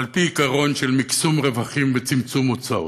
על פי עיקרון של מקסום רווחים וצמצום הוצאות.